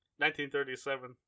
1937